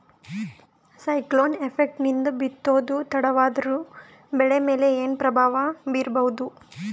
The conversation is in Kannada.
ಸೈಕ್ಲೋನ್ ಎಫೆಕ್ಟ್ ನಿಂದ ಬಿತ್ತೋದು ತಡವಾದರೂ ಬೆಳಿ ಮೇಲೆ ಏನು ಪ್ರಭಾವ ಬೀರಬಹುದು?